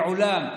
מעולם,